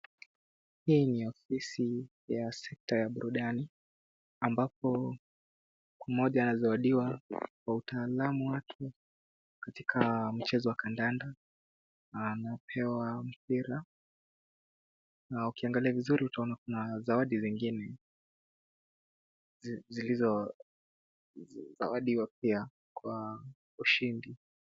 Hii ni ofisi ya sekta ya burudani ambapo mmoja anazawadiwa kwa utaalamu wake katika mchezo wa kandanda anapewa mpira na ukiangalia vizuri utaona kuna zawadi zingine zilizozawadiwa pia kwa ushindi.